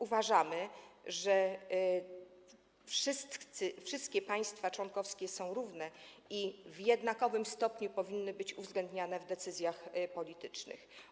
Uważamy, że wszystkie państwa członkowskie są równe i w jednakowym stopniu powinny być uwzględniane w decyzjach politycznych.